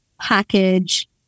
package